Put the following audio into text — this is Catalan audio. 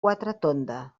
quatretonda